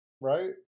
right